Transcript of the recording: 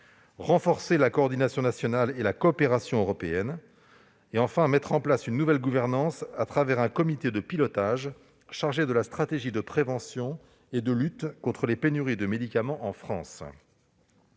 renforcer la coordination nationale et la coopération européenne ; mettre en place une nouvelle gouvernance par le biais d'un comité de pilotage chargé de la stratégie de prévention et de lutte contre les pénuries de médicaments en France.